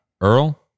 Earl